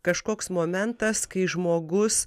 kažkoks momentas kai žmogus